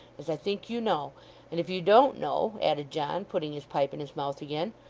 as i think you know and if you don't know added john, putting his pipe in his mouth again,